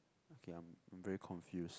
okay I'm I'm very confused